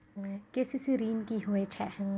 KCC ॠन की होय छै?